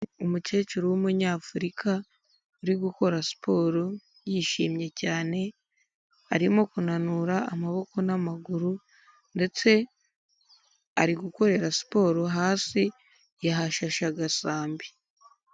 Umukecuru w'umunyafurika uri gukora siporo, yishimye cyane, arimo kunanura amaboko n'amaguru ndetse ari gukorera siporo hasi yahashashe agasambi.